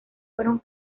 fueron